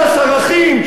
שוחטים אותם.